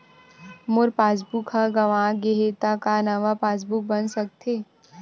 मोर passbook ह गंवा गे हे त का नवा पास बुक बन सकथे?